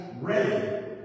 ready